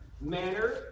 manner